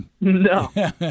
No